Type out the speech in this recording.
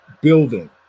building